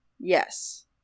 Yes